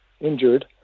injured